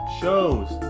shows